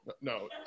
No